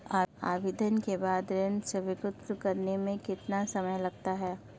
आवेदन के बाद ऋण स्वीकृत करने में कितना समय लगता है?